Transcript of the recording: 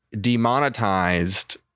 demonetized